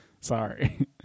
sorry